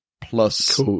plus